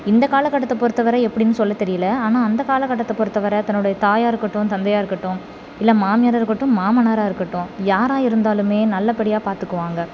இந்த காலகட்டத்தை பொறுத்தவரை எப்படின்னு சொல்லத் தெரியலை ஆனால் அந்த காலகட்டத்தை பொறுத்தவரை தன்னுடைய தாயாக இருக்கட்டும் தந்தையாக இருக்கட்டும் இல்லை மாமியாரா இருக்கட்டும் மாமனாரா இருக்கட்டும் யாராக இருந்தாலுமே நல்லபடியா பாத்துக்குவாங்க